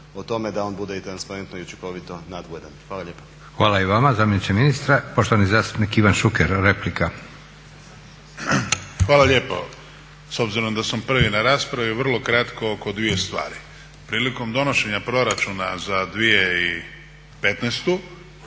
Hvala i vama zamjeniče ministra. Poštovani zastupnik Ivan Šuker, replika. **Šuker, Ivan (HDZ)** Hvala lijepo. S obzirom da sam prvi na raspravi vrlo kratko oko dvije stvari. Prilikom donošenja Proračuna za 2015.